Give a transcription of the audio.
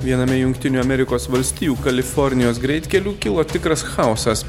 viename jungtinių amerikos valstijų kalifornijos greitkelių kilo tikras chaosas